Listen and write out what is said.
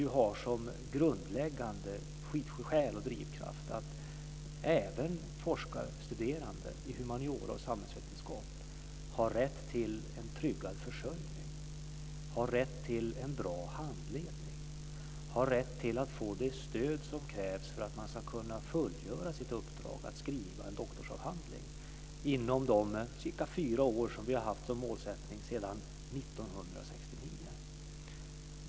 Den har som grundläggande skäl och drivkraft att även forskarstuderande i humaniora och samhällsvetenskap har rätt till en tryggad försörjning, har rätt till en bra handledning och har rätt att få det stöd som krävs för att man ska kunna fullgöra sitt uppdrag att skriva en doktorsavhandling inom de cirka fyra år som vi har haft som målsättning sedan 1969.